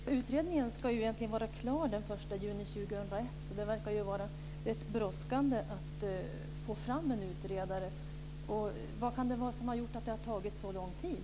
Fru talman! Utredningen ska ju egentligen vara klar den 1 juni 2001, så det verkar vara rätt brådskande att få fram en utredare. Vad kan det vara som har gjort att det har tagit så lång tid?